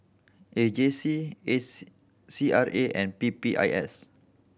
A J C A C C R A and P P I S